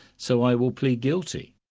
so i will plead guilty.